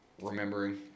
remembering